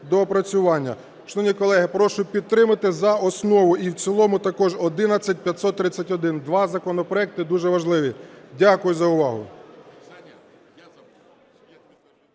Дякую за увагу.